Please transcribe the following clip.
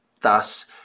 thus